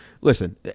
listen